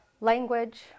language